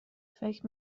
فکر